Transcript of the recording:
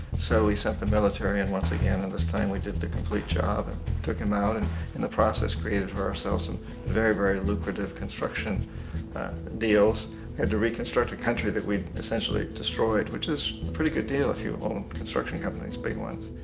so we sent the military in once again and this time we did the complete job and took him out. and in the process, created for ourselves some very-very lucrative construction deals and to reconstruct the country that we'd essentially destroyed. which is a pretty good deal if you own consturction companies, big ones.